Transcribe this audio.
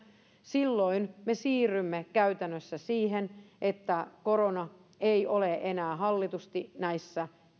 silloin me siirrymme käytännössä siihen että korona ei ole enää hallitusti näissä